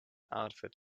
outfit